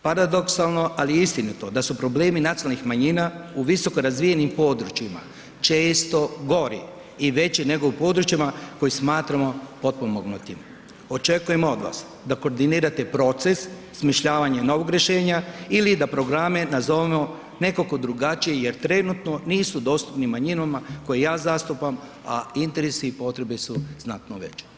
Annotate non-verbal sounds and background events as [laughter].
Paradoksalno ali je istinito da su problemi nacionalnih manjina u visoko razvijenim područjima često gori i veći nego u područjima koje smatramo potpuno ... [unintelligible] Očekujem od vas da koordinirate proces, osmišljavanje novog rješenja ili da programe nazovemo nekako drugačije jer trenutno nisu dostupni manjinama koje ja zastupam a interesi i potrebe su znatno veće.